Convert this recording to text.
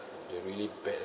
they really bad at